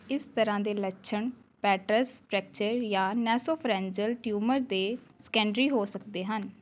ਇਸ ਤਰ੍ਹਾਂ ਦੇ ਲੱਛਣ ਪੈਟਰਸ ਫ੍ਰੈਕਚਰ ਜਾਂ ਨੈਸੋਫਰੈਂਜਲ ਟਿਊਮਰ ਦੇ ਸੈਕੰਡਰੀ ਹੋ ਸਕਦੇ ਹਨ